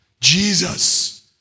Jesus